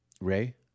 Ray